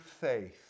faith